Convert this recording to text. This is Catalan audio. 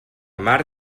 mar